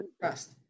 trust